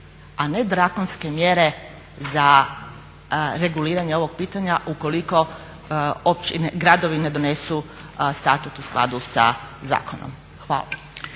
a ne drakonske mjere za reguliranje ovog pitanja ukoliko gradovi ne donesu statut u skladu sa zakonom. Hvala.